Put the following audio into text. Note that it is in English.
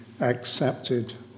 accepted